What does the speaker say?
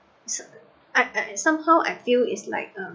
so I I somehow I feel is like um